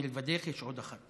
מלבדך יש עוד אחת.